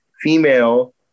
female